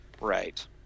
right